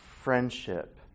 friendship